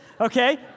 okay